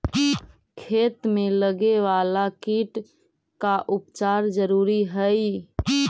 खेत में लगे वाला कीट का उपचार जरूरी हई